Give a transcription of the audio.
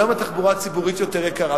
אבל היום התחבורה הציבורית בישראל יותר יקרה